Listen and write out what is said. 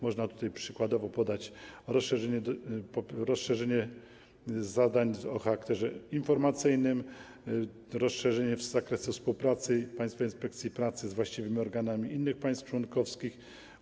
Można tutaj przykładowo podać rozszerzenie zadań o charakterze informacyjnym, rozszerzenie w zakresie współpracy Państwowej Inspekcji Pracy z właściwymi organami innych państw członkowskich.